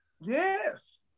Yes